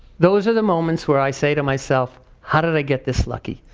those are the moments where i say to myself, how did i get this lucky.